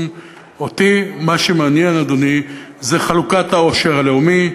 אותי מה שמעניין, אדוני, זה חלוקת העושר הלאומי,